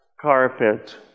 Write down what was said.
carpet